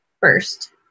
first